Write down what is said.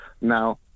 Now